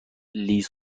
لیز